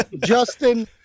justin